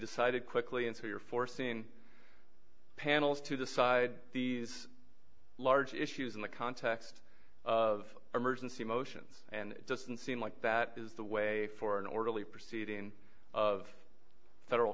decided quickly and so you're forcing panels to decide these large issues in the context of emergency motions and doesn't seem like that is the way for an orderly proceeding of federal